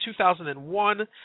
2001